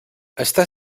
està